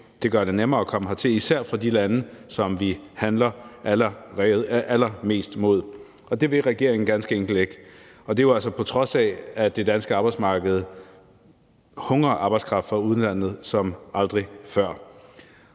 der gør det nemmere at komme hertil fra især de lande, som vi handler allermest med. Og det vil regeringen ganske enkelt ikke, og det er jo altså, på trods af at det danske arbejdsmarked hungrer efter arbejdskraft fra udlandet som aldrig før.